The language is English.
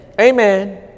Amen